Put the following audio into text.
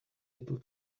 little